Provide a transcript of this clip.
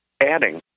adding